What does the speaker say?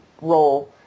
role